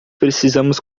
precisamos